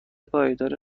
پایدار